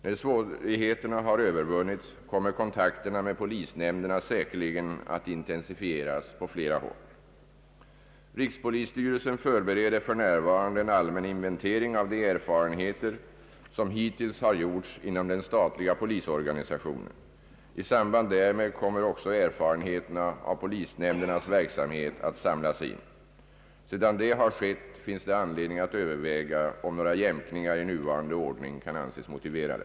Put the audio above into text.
När svårigheterna har övervunnits, kommer kontakterna med polisnämnderna säkerligen att intensifieras på flera håll. Rikspolisstyrelsen förbereder f. n. en allmän inventering av de erfarenheter, som hittills har gjorts inom den statliga polisorganisationen, I samband där med kommer även erfarenheterna av polisnämndernas verksamhet att samlas in. Sedan detta har skett, finns det anledning att överväga om några jämkningar i nuvarande ordning kan anses motiverade.